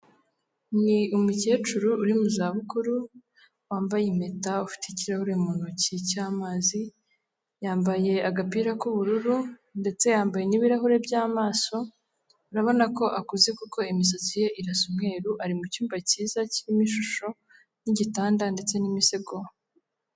Ni umukecuru uri mu zabukuru, wambaye impeta, ufite ikirahure mu ntoki cy'amazi, yambaye agapira k'ubururu ndetse yambaye n'ibirahure by'amaso, urabona ko akuze kuko imisatsi ye irasa umweru, ari mu cyumba cyiza kirimo ishusho n'igitanda ndetse n'imisego.